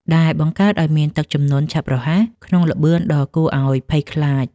ដែលបង្កើតឱ្យមានទឹកជំនន់ឆាប់រហ័សក្នុងល្បឿនដ៏គួរឱ្យភ័យខ្លាច។